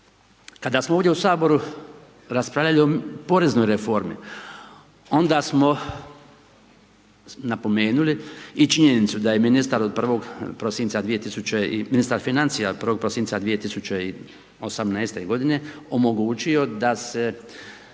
Kada smo ovdje u saboru raspravljali o poreznoj reformi, onda smo napomenuli i činjenicu da je ministar financija od 1. prosinca 2018. g. omogućio da se